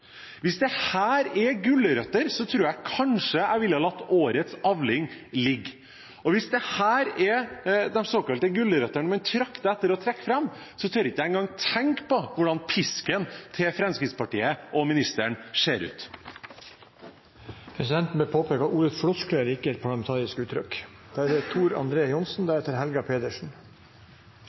Hvis dette er gulrøtter, tror jeg kanskje jeg ville latt årets avling ligge, og hvis dette er de såkalte gulrøttene man trakter etter å trekke fram, tør jeg ikke engang tenke på hvordan pisken til Fremskrittspartiet og ministeren ser ut. Presidenten vil påpeke at ordet «floskler» ikke er parlamentarisk